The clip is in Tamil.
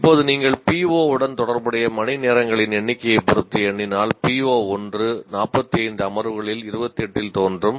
இப்போது நீங்கள் PO உடன் தொடர்புடைய மணிநேரங்களின் எண்ணிக்கையைப் பொறுத்து எண்ணினால் PO1 45 அமர்வுகளில் 28 ல் தோன்றும்